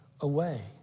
away